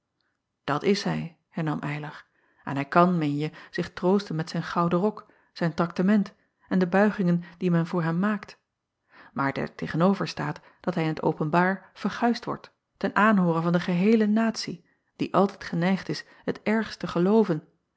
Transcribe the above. at is hij hernam ylar en hij kan meenje zich troosten met zijn gouden rok zijn traktement en de buigingen die men voor hem maakt aar daar tegen-over staat dat hij in t openbaar verguisd wordt ten aanhoore van de geheele atie die altijd geneigd is het ergst te gelooven